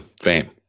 fame